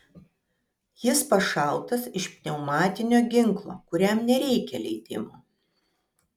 jis pašautas iš pneumatinio ginklo kuriam nereikia leidimo